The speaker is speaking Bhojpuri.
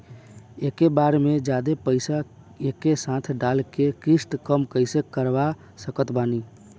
एके बार मे जादे पईसा एके साथे डाल के किश्त कम कैसे करवा सकत बानी?